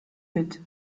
fit